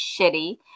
shitty